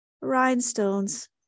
rhinestones